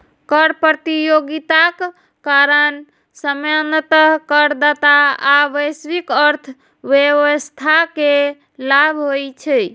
कर प्रतियोगिताक कारण सामान्यतः करदाता आ वैश्विक अर्थव्यवस्था कें लाभ होइ छै